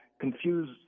confuse